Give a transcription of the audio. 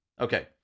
Okay